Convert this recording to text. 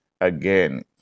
again